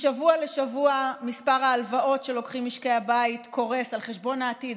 משבוע לשבוע מספר ההלוואות שלוקחים משקי הבית עולה על חשבון העתיד,